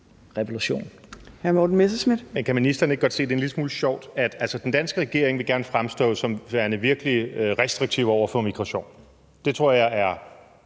revolution.